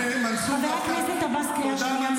חבר הכנסת עבאס, קריאה שנייה.